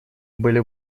были